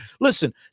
Listen